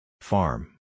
Farm